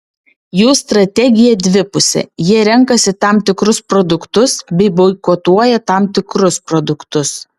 jų strategija dvipusė jie renkasi tam tikrus produktus bei boikotuoja tam tikrus produktus